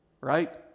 right